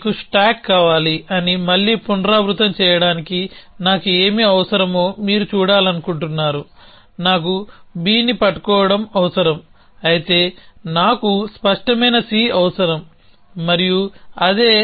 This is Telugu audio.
మీకు స్టాక్ కావాలి అని మళ్లీ పునరావృతం చేయడానికి నాకు ఏమి అవసరమో మీరు చూడాలనుకుంటున్నారు నాకు B పట్టుకోవడం అవసరం అయితే నాకు స్పష్టమైన C అవసరం మరియు అది అదే